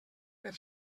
per